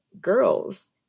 girls